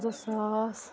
زٕ ساس